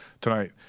tonight